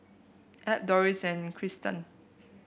Ab Dorris and Trystan